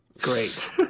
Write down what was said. great